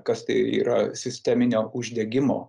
kas tai yra sisteminio uždegimo